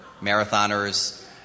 marathoners